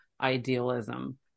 idealism